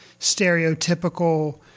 stereotypical